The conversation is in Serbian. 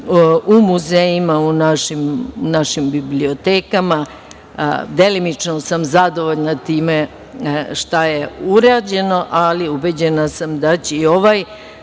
u muzejima, bibliotekama. Delimično sam zadovoljna time šta je urađeno, ali ubeđena sam da će i ovaj